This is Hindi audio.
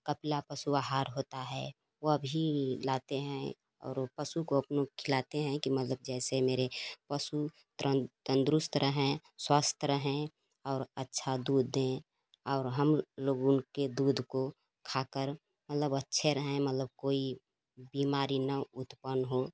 कपिला पशु आहार होता है वह भी लाते हैं और पशु को अपने खिलाते हें कि मतलब जैसे मेरे पशु त्रन तंदुरुस्त रहें स्वस्थ रहें और अच्छा दूध दे और हम लोग उनके दूध को खाकर मतलब अच्छे रहे मलब कोई बीमारी न उत्पन्न हो